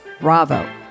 Bravo